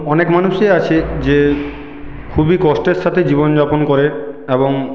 অনেক মানুষই আছে যে খুবই কষ্টের সাথে জীবনযাপন করে এবং